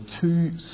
two